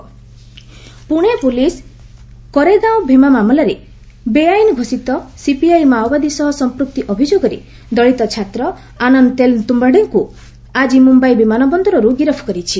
MH arrest Pune police Koregaon Bhima ମାମଲାରେ ବେଆଇନ ଘୋଷିତ ସିପିଆଇ ମାଓବାଦୀ ସହ ସଂପୃକ୍ତି ଅଭିଯୋଗରେ ଦଳିତ ଛାତ୍ର ଆନନ୍ଦ ତେଲ୍ ତୁମ୍ଭଡେଙ୍କୁ ଆଜି ମୁମ୍ବାଇ ବିମାନ ବନ୍ଦରରୁ ଗିରଫ କରିଛି